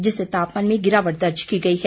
जिससे तापमान में गिरावट दर्ज की गई है